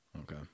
Okay